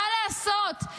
מה לעשות?